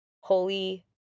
Holy